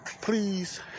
please